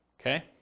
Okay